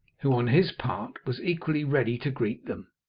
who, on his part, was equally ready to greet them.